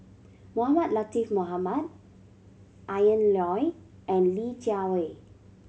Mohamed Latiff Mohamed Ian Loy and Li Jiawei